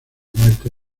muerte